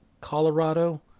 Colorado